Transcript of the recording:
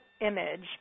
image